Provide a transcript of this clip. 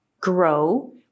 grow